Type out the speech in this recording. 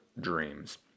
dreams